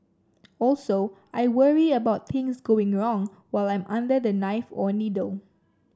also I worry about things going wrong while I'm under the knife or needle